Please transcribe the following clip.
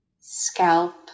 scalp